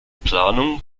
planung